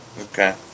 okay